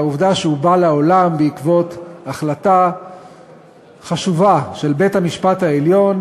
והעובדה שהוא בא לעולם בעקבות החלטה חשובה של בית-המשפט העליון,